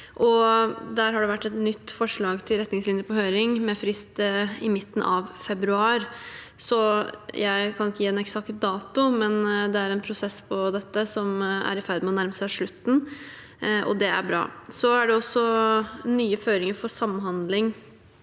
der har det vært et nytt forslag til retningslinjer på høring, med frist i midten av februar. Jeg kan ikke gi en eksakt dato, men det er en prosess som er i ferd med å nærme seg slutten, og det er bra. Det er nye føringer for samhandling